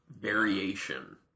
variation